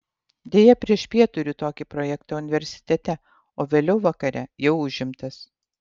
deja priešpiet turiu tokį projektą universitete o vėliau vakare jau užimtas